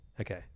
Okay